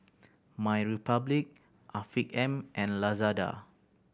MyRepublic Afiq M and Lazada